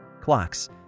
Clocks